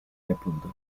yapıldı